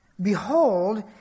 behold